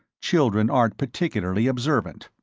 children aren't particularly observant.